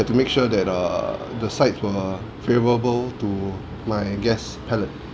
to make sure that err the sides were favourable to my guests' palate